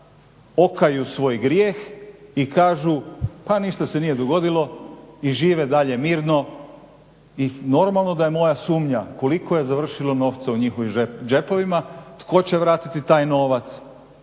okaju svoj grijeh i kažu, pa ništa se nije dogodilo i žive dalje mirno i normalno da je moja sumnja koliko je završilo novca u njihovim džepovima, tko će vratiti taj novac